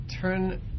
turn